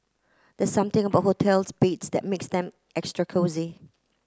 the something about hotels beds that makes them extra cosy